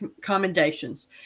commendations